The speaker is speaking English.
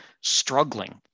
struggling